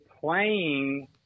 playing